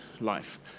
life